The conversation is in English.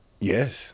Yes